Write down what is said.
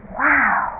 wow